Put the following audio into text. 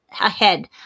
ahead